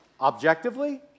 Objectively